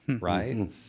right